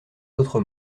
d’autre